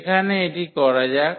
এখানে এটি করা যাক